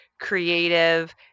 creative